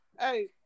Hey